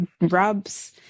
rubs